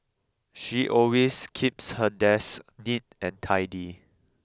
she always keeps her desk neat and tidy